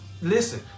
Listen